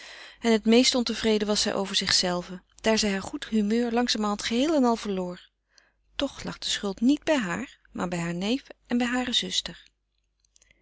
en het meest ontevreden was zij over zichzelve daar zij haar goed humeur langzamerhand geheel en al verloor toch lag de schuld niet bij haar maar bij haar neef en bij hare zuster